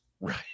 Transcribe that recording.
Right